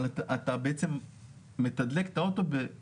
אבל אתה בעצם מתדלק את הרכב במימן.